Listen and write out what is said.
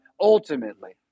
ultimately